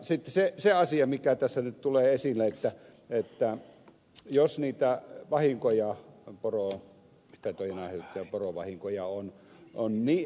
sitten se asia mikä tässä nyt tulee esille on se että jos niitä petojen aiheuttamia porovahinkoja on onni j